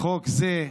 חוק זה,